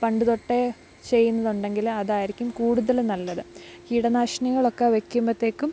പണ്ട് തൊട്ടേ ചെയ്യുന്നുണ്ടെങ്കില് അതായിരിക്കും കൂടുതല് നല്ലത് കീടനാശിനികളൊക്ക വയ്ക്കുമ്പോഴത്തേക്കും